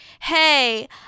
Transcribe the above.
hey